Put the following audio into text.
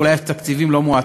ואולי אף תקציבים לא מעטים,